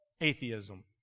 atheism